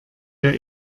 der